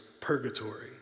purgatory